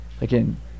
again